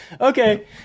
okay